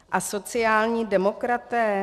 A sociální demokraté?